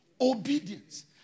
Obedience